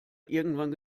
irgendwann